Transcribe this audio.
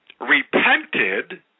repented